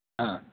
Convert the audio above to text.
हा